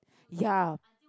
ya